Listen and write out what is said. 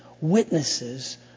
witnesses